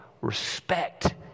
respect